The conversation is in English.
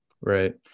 Right